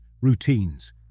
routines